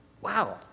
Wow